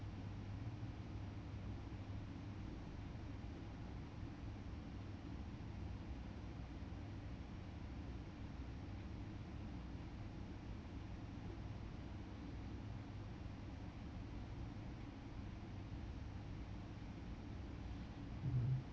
mm